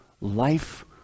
life